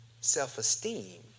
Self-esteem